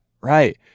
Right